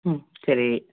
ம் சரி